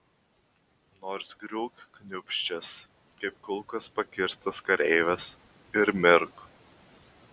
nors griūk kniūbsčias kaip kulkos pakirstas kareivis ir mirk